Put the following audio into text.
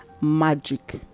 magic